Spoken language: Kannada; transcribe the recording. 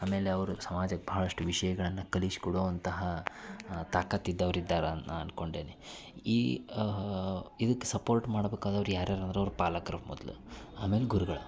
ಆಮೇಲೆ ಅವರು ಸಮಾಜಕ್ಕೆ ಭಾಳಷ್ಟು ವಿಷಯಗಳನ್ನು ಕಲಿಸ್ಕೊಡುವಂತಹ ತಾಕತ್ತು ಇದ್ದವ್ರು ಇದ್ದಾರೆ ಅಂತ ನಾ ಅನ್ಕೊಂಡೇನಿ ಈ ಇದಕ್ಕೆ ಸಪೋರ್ಟ್ ಮಾಡ್ಬೇಕಾದವ್ರು ಯಾರ್ಯಾರು ಅಂದ್ರೆ ಅವ್ರ ಪಾಲಕ್ರು ಮೊದ್ಲು ಆಮೇಲೆ ಗುರುಗಳು